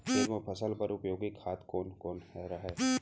खेत म फसल बर उपयोगी खाद कोन कोन हरय?